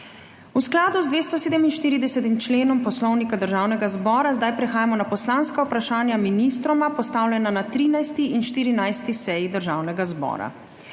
V skladu z 247. členom Poslovnika Državnega zbora zdaj prehajamo na poslanska vprašanja ministroma, postavljena na 13. in 14. seji Državnega zbora.